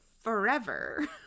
forever